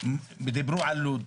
דיברו על לוד.